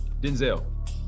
Denzel